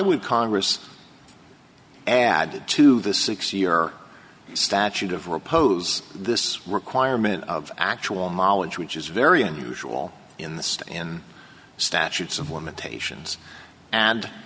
would congress added to the six year statute of repose this requirement of actual knowledge which is very unusual in the state and statutes of limitations and